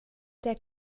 der